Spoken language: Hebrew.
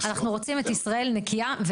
אנחנו רוצים את ישראל נקייה.